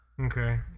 Okay